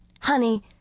Honey